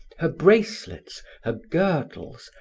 her bracelets, her girdles,